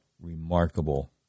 remarkable